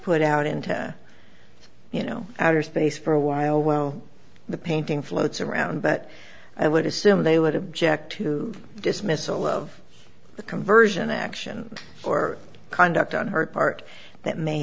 put out into you know outer space for a while well the painting floats around but i would assume they would object to dismissal of the conversion action or conduct on her part that may